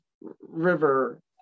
river